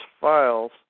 files